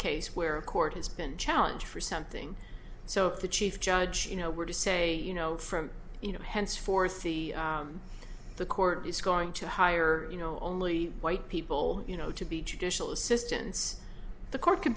case where a court has been challenge for something so the chief judge you know where to say you know from you know henceforth the the court is going to hire you know only white people you know to be judicial assistants the court can